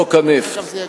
חוק הנפט.